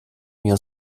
mir